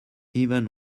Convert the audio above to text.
even